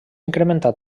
incrementat